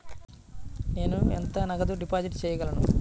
నేను ఎంత నగదు డిపాజిట్ చేయగలను?